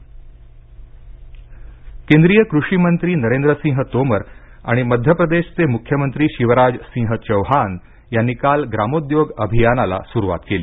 ग्रामोद्योग अभियान केंद्रीय कृषी मंत्री नरेंद्र सिंह तोमर आणि मध्य प्रदेशचे मुख्यमंत्री शिवराज सिंह चौहान यांनी काल ग्रामोद्योग अभियानाला सुरुवात केली